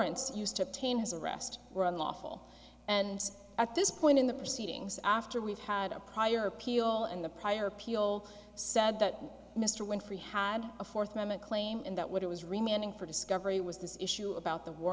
s used to tame his arrest were unlawful and at this point in the proceedings after we've had a prior appeal and the prior appeal said that mr winfrey had a fourth amendment claim in that what it was remaining for discovery was this issue about the war